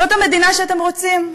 זאת המדינה שאתם רוצים?